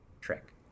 trick